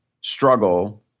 struggle